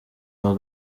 uwa